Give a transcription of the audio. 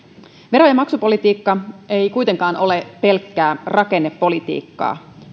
vero ja maksupolitiikka ei kuitenkaan ole pelkkää rakennepolitiikkaa